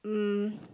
um